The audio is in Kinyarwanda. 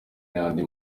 n’andi